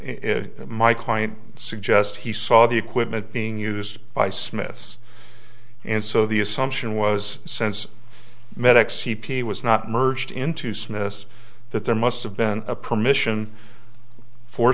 my client suggest he saw the equipment being used by smiths and so the assumption was sense medic c p was not merged into smith's that there must have been a permission for